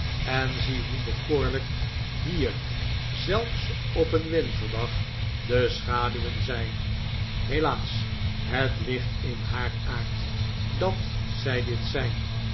en zie hoe bekoorlijk hier zelfs op een winterdag de schaduwen zijn helaas het ligt in haar aard dat zij dit zijn